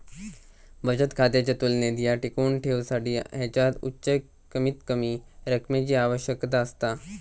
बचत खात्याच्या तुलनेत ह्या टिकवुन ठेवसाठी ह्याच्यात उच्च कमीतकमी रकमेची आवश्यकता असता